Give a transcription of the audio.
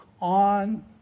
on